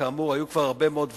כאמור, היו כבר הרבה מאוד ועדות,